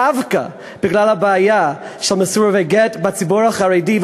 דווקא בגלל הבעיה של מסורבי גט בציבור החרדי,